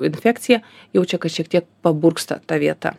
infekcija jaučia kad šiek tiek paburksta ta vieta